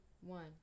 one